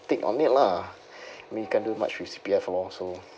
take on it lah I mean can't do much with C_P_F lor so